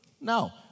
No